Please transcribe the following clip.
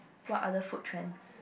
what other food trends